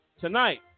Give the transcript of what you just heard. Tonight